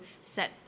set